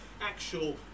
actual